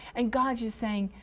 and god yeah is saying,